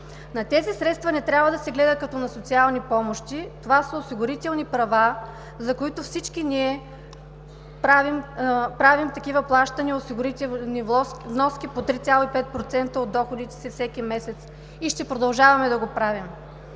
На тези средства не трябва да се гледа като на социални помощи. Това са осигурителни права, за които всички ние правим такива плащания, осигурителни вноски по 3,5% от доходите си всеки месец, и ще продължаваме да го правим.